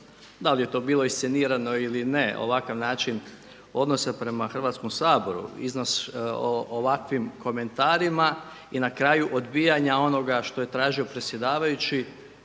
Da li je to bilo iscenirano ili ne, ovakav način odnosa prema Hrvatskom saboru …/Govornik se ne razumije./… ovakvim komentarima i na kraju odbijanja onoga što je tražio predsjedavajući